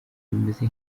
bimeze